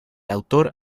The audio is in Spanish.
autor